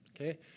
Okay